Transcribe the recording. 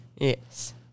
Yes